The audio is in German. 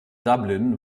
dublin